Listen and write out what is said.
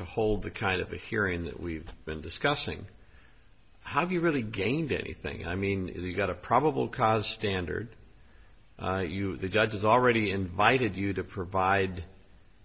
to hold the kind of hearing that we've been discussing how do you really gained anything i mean if you got a probable cause standard you the judges already invited you to provide